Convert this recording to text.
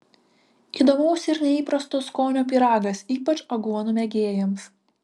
įdomaus ir neįprasto skonio pyragas ypač aguonų mėgėjams